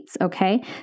okay